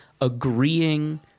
agreeing